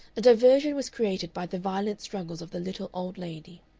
a diversion was created by the violent struggles of the little old lady.